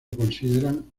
consideran